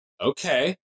Okay